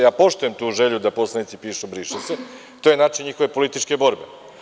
Ja poštujem tu želju da poslanici napišu – briše se, to je način njihove političke borbe.